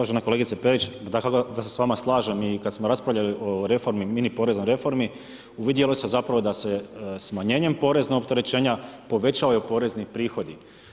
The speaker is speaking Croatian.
Uvažena kolegice Perić, dakako da se s vama slažem i kada smo raspravljali o reformi, mini poreznoj reformi uvidjelo se zapravo da se smanjenjem poreznog opterećenja povećavaju porezni prihodi.